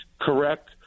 correct